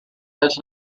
does